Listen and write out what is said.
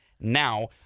now